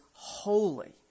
Holy